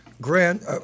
Grant